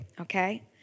okay